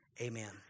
amen